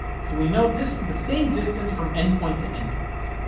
so we know this is the same distance from endpoint to endpoint,